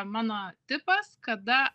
mano tipas kada